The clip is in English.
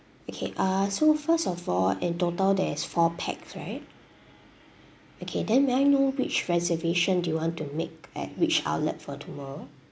okay uh so first of all in total there is four pax right okay then may I know which reservation do you want to make at which outlet for tomorrow